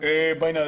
לא ירד,